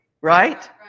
right